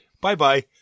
Bye-bye